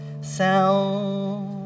sound